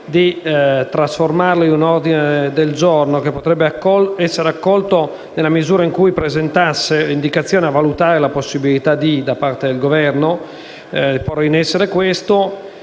di trasformarlo in un ordine del giorno, che potrebbe essere accolto nella misura in cui presentasse l’indicazione «a valutare la possibilità di» porre in essere da parte del Governo quanto